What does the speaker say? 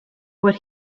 what